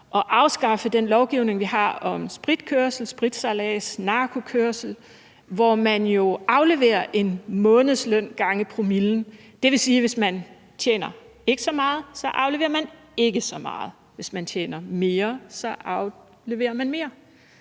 at afskaffe den lovgivning, vi har om spritkørsel, spritsejlads og narkokørsel, hvor man jo afleverer en månedsløn gange promillen? Der er det sådan, at hvis man ikke tjener så meget, afleverer man ikke så meget, og hvis man tjener mere, afleverer man mere,